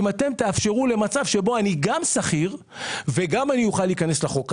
אם אתם תאפשרו מצב בו אני גם שכיר וגם יכול להיכנס לחוק הזה.